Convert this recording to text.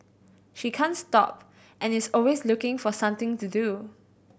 she can't stop and is always looking for something to do